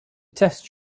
test